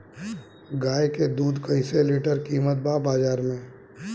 गाय के दूध कइसे लीटर कीमत बा बाज़ार मे?